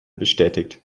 bestätigt